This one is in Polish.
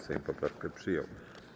Sejm poprawkę przyjął.